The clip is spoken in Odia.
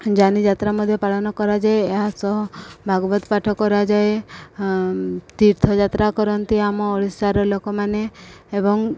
ଯାନୀଯାତ୍ରା ମଧ୍ୟ ପାଳନ କରାଯାଏ ଏହା ସହ ଭାଗବତ ପାଠ କରାଯାଏ ତୀର୍ଥଯାତ୍ରା କରନ୍ତି ଆମ ଓଡ଼ିଶାର ଲୋକମାନେ ଏବଂ